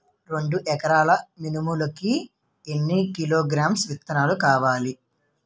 రెండు ఎకరాల మినుములు కి ఎన్ని కిలోగ్రామ్స్ విత్తనాలు కావలి?